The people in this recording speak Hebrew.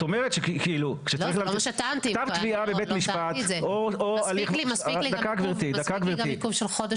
את אומרת שכתב תביעה בבית המשפט --- מספיק לי גם עיכוב של חודש.